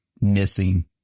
missing